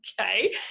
okay